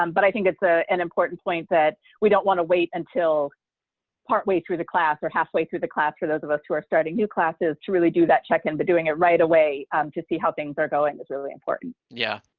um but i think it's an and important point that we don't want to wait until partway through the class or halfway through the class, for those of us who are starting new classes, to really do that check-in, but doing it right away um to see how things are going is really important. mike yeah,